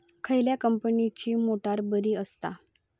खयल्या कंपनीची मोटार बरी असता?